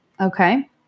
Okay